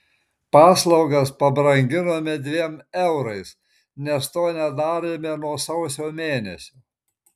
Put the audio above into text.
paslaugas pabranginome dviem eurais nes to nedarėme nuo sausio mėnesio